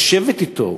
לשבת אתו,